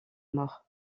mort